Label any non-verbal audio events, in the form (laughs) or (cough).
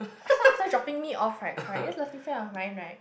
(laughs) after dropping me off right correct this lovely friend of mine right